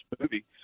movie